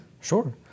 Sure